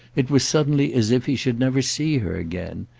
it was suddenly as if he should never see her again,